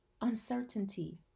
uncertainty